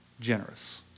generous